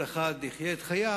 וכל אחד יחיה את חייו,